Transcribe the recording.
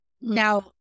Now